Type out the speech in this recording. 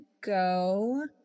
go